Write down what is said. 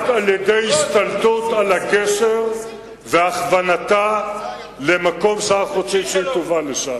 רק על-ידי השתלטות על הגשר והכוונתה למקום שאנחנו רוצים שהיא תובא לשם.